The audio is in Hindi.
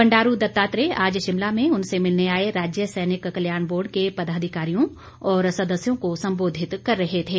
बंडारू दत्तात्रेय आज शिमला में उनसे मिलने आए राज्य सैनिक कल्याण बोर्ड के पदाधिकारियों और सदस्यों को संबोधित कर रहे थे